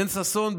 בן ששון,